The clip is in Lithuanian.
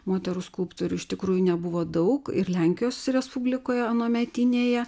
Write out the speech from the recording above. moterų skulptorių iš tikrųjų nebuvo daug ir lenkijos respublikoje anuometinėje